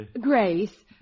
Grace